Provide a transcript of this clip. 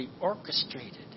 orchestrated